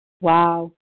Wow